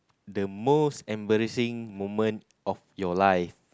the most embarrassing moment of your life